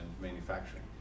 manufacturing